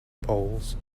polls